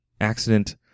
accident